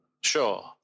Sure